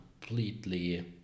completely